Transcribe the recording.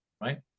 right